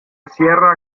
sierra